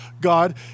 God